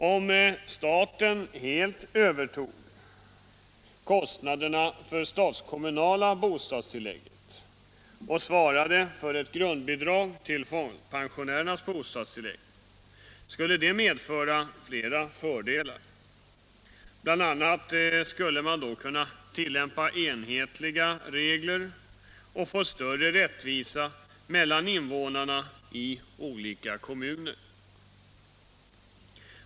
Om staten helt övertog kostnaderna för det statskommunala bostadstillägget och svarade för ett grundbidrag till folkpensionärernas bostadstillägg skulle det medföra flera fördelar. Bl. a. skulle man då kunna tillämpa enhetliga regler och få större rättvisa mellan invånarna i olika kommuner.